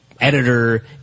editor